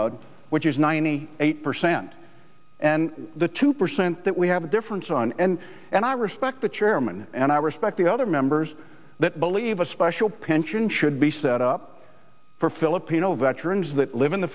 agreement which is ninety eight percent and the two percent that we have a difference on and and i respect the chairman and i respect the other members that believe a special pension should be set up for filipino veterans that live in the